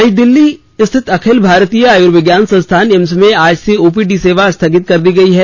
नई दिल्ली स्थित अखिल भारतीय आयुर्विज्ञान संस्थान एम्स में आज से ओपीडी सेवा स्थगित कर दी गई है